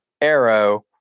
arrow